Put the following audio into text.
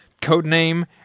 Codename